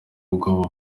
ubwoba